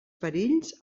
perills